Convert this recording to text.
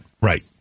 Right